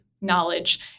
knowledge